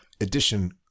Edition